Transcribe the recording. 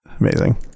amazing